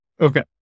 Okay